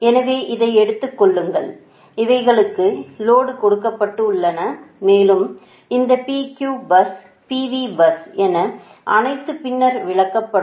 எனவே இதை எடுத்துக் கொள்ளுங்கள் இவைகளுக்கு லோடு கொடுக்கப்பட்டுள்ளன மேலும் இந்த PQ பஸ் PV பஸ் என அனைத்தும் பின்னர் விளக்கப்படும்